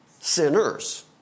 sinners